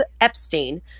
Epstein